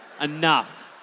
Enough